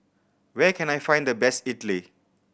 where can I find the best idly